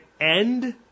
end